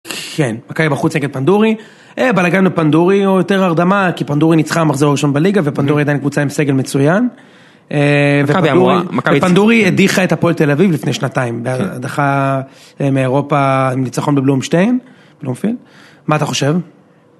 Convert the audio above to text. כן, מקווי בחוץ נגד פנדורי, בלאגן לו פנדורי הוא יותר הרדמה, כי פנדורי ניצחה במחזור הראשון בליגה ופנדורי עדיין קבוצה עם סגל מצויין. מקווי אמורה, מקווי... ופנדורי הדיחה את הפועל תל אביב לפני שנתיים בהדחה, אה, מאירופה עם ניצחון בבלומשטיין, בלומפילד. מה אתה חושב?